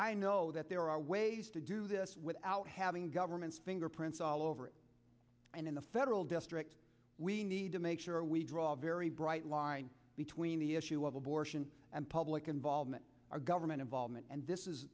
i know that there are ways to do this without having government fingerprints all over it and in the federal district we need to make sure we draw a very bright line between the issue of abortion and public involvement our government involvement and this is